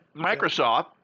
microsoft